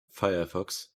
firefox